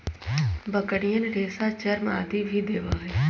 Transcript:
बकरियन रेशा, चर्म आदि भी देवा हई